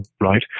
right